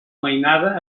mainada